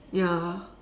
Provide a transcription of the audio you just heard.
ya lah